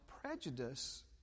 prejudice